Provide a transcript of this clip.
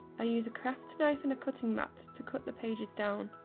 ah use a craft knife and a cutting matt to cut the pages down.